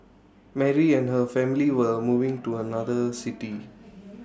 Mary and her family were moving to another city